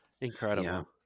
Incredible